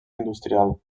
industrial